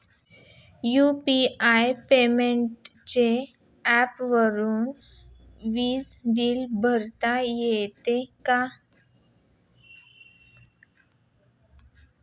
UPI पेमेंटच्या ऍपवरुन वीज बिल भरता येते का?